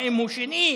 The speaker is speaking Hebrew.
האם הוא שני,